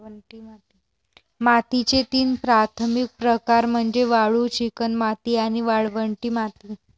मातीचे तीन प्राथमिक प्रकार म्हणजे वाळू, चिकणमाती आणि वाळवंटी माती